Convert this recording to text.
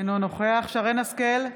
אינו נוכח שרן מרים השכל,